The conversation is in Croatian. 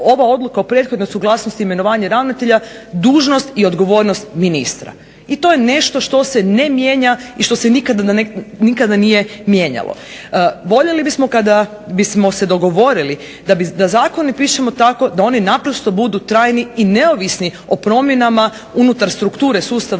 ova odluka o prethodnoj suglasnosti imenovanja ravnatelja dužnost i odgovornost ministra. I to je nešto što se ne mijenja i što se nikada nije mijenjalo. Voljeli bismo kada bismo se dogovorili da zakone pišemo tako da oni naprosto budu trajni i neovisni o promjenama unutar strukture sustava